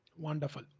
Wonderful